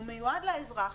הוא מיועד לאזרח,